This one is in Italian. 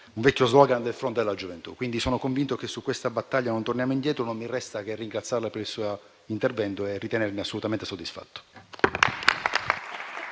un vecchio *slogan* del Fronte della gioventù. Quindi, sono convinto che su questa battaglia non torneremo indietro. Non mi resta che ringraziarla per il suo intervento e dichiararmi assolutamente soddisfatto.